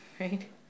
right